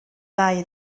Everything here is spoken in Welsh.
ddau